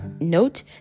note